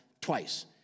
twice